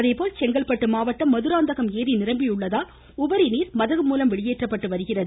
அதேபோல் செங்கல்பட்டு மாவட்டம் மதுராந்தகம் ஏரி நிரம்பியுள்ளதால் உபரி நீர் மதகு மூலம் வெளியேற்றப்பட்டு வருகிறது